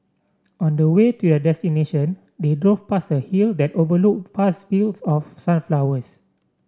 on the way to their destination they drove past a hill that overlooked vast fields of sunflowers